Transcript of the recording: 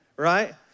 right